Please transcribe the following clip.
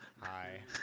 Hi